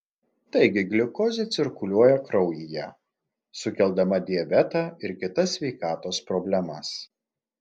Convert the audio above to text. taigi gliukozė cirkuliuoja kraujyje sukeldama diabetą ir kitas sveikatos problemas